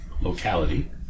locality